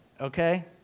okay